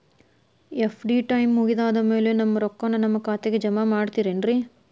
FD time ಮುಗಿದಾದ್ ಮ್ಯಾಲೆ ನಮ್ ರೊಕ್ಕಾನ ನಮ್ ಖಾತೆಗೆ ಜಮಾ ಮಾಡ್ತೇರೆನ್ರಿ?